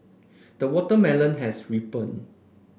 the watermelon has ripened